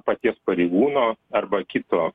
paties pareigūno arba kito